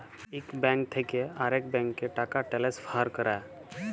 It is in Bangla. ইক ব্যাংক থ্যাকে আরেক ব্যাংকে টাকা টেলেসফার ক্যরা